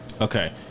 Okay